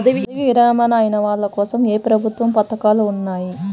పదవీ విరమణ అయిన వాళ్లకోసం ఏ ప్రభుత్వ పథకాలు ఉన్నాయి?